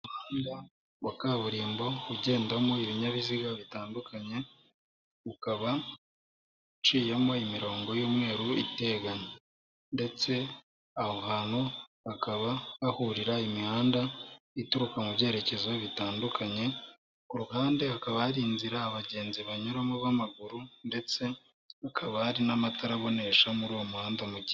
Umuhanda wa kaburimbo ugendamo ibinyabiziga bitandukanye, ukaba uciyemo imirongo y'umweru iteganye ndetse aho hantu hakaba hahurira imihanda ituruka mu byerekezo bitandukanye, ku ruhande hakaba hari inzira abagenzi banyuramo b'amaguru ndetse hakaba hari n'amatara abonesha muri uwo muhanda mu mugi...